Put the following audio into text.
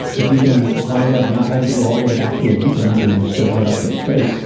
if you can wind up not having to go all the way back to a region to store and update state,